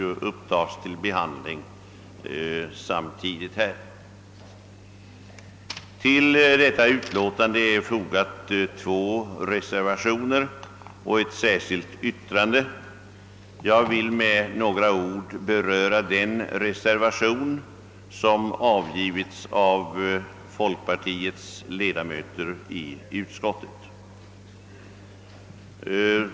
Till det utlåtandet är fogat två reservationer och ett särskilt yttrande, och jag vill här med några ord beröra reservationen II, som har avgivits av folkpartiets ledamöter i utskottet.